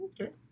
Okay